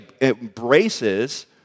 embraces